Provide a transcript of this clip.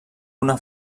una